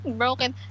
broken